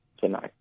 tonight